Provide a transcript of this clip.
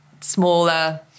smaller